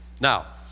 Now